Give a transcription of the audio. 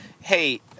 hey